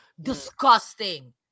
disgusting